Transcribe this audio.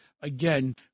again